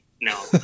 No